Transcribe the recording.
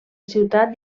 ciutat